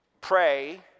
pray